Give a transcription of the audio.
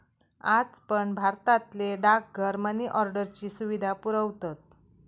आज पण भारतातले डाकघर मनी ऑर्डरची सुविधा पुरवतत